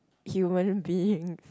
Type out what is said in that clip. human being